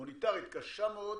מוניטרית קשה מאוד